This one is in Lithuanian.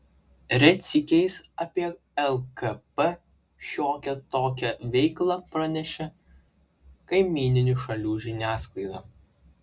retsykiais apie lkp šiokią tokią veiklą praneša kaimyninių šalių žiniasklaida